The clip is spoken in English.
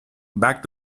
back